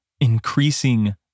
increasing